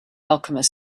alchemist